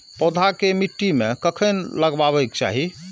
पौधा के मिट्टी में कखेन लगबाके चाहि?